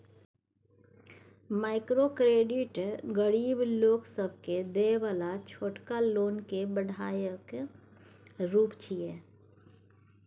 micro credit गरीब लोक सबके देय बला छोटका लोन के बढ़ायल रूप छिये